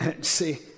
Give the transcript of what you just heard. See